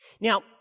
Now